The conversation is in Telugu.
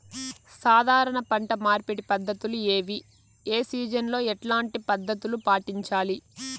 సాధారణ పంట మార్పిడి పద్ధతులు ఏవి? ఏ సీజన్ లో ఎట్లాంటి పద్ధతులు పాటించాలి?